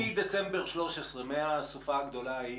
מדצמבר 2013, מהסופה הגדולה ההיא,